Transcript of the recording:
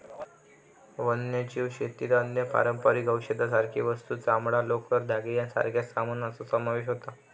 वन्यजीव शेतीत अन्न, पारंपारिक औषधांसारखे वस्तू, चामडां, लोकर, धागे यांच्यासारख्या सामानाचो समावेश होता